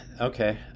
Okay